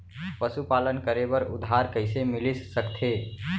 पशुपालन करे बर उधार कइसे मिलिस सकथे?